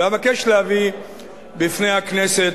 אבקש להביא בפני הכנסת,